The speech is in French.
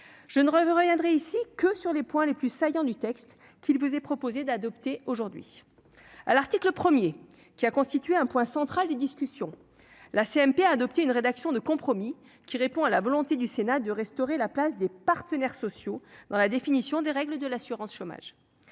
remets reviendrait ici que sur les points les plus saillants du texte qui vous est proposé d'adopter aujourd'hui à l'article 1er qui a constitué un point central des discussions, la CMP a adopté une rédaction de compromis qui répond à la volonté du Sénat de restaurer la place des partenaires sociaux dans la définition des règles de l'assurance chômage,